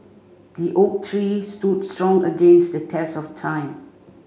the oak tree stood strong against the test of time